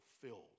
fulfilled